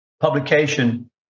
publication